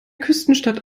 küstenstadt